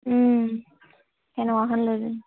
তেনেকুৱাখন লৈ